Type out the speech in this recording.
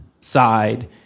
side